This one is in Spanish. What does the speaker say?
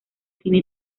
cine